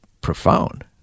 profound